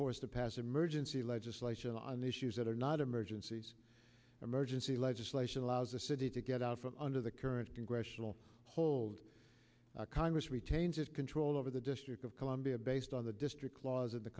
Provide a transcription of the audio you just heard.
forced to pass emergency legislation on issues that are not emergencies emergency legislation allows a city to get out from under the current congressional hold congress retains its control over the district of columbia based on the district clause of the